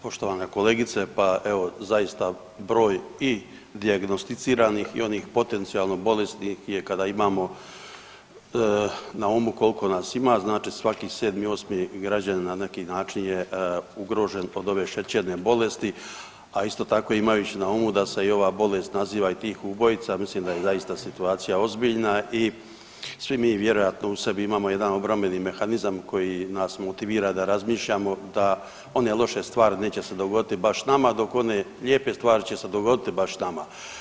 Poštovana kolegice, pa evo zaista broj i dijagnosticiranih i onih potencijalno bolesnih je kada imamo na umu koliko nas ima, znači svaki 7., 8. građanin na neki način je ugrožen od ove šećerne bolesti, a isto tako imajući na umu da se i ova bolest naziva i tihi ubojica mislim da je zaista situacija ozbiljna i svi mi vjerojatno u sebi imamo jedan obrambeni mehanizam koji nas motivira da razmišljamo da one loše stvari neće se dogoditi baš nama, dok one lijepe stvari će se dogoditi baš nama.